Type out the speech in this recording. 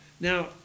Now